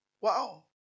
Wow